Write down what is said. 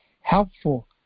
helpful